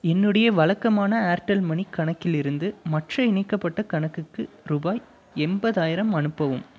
என்னுடைய வழக்கமான Airtel money கணக்கிலிருந்து மற்ற இணைக்கப்பட்ட கணக்குக்கு ரூபாய் எண்பதாயிரம் அனுப்பவும்